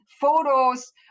photos